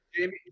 Jamie